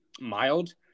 mild